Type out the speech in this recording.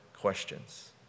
questions